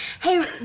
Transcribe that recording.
Hey